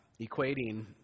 equating